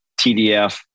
TDF